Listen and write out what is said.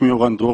שמי אורן דרור,